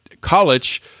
college